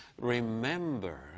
Remember